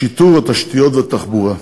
השיטור, התשתיות והתחבורה.